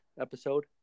episode